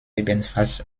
ebenfalls